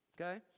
Okay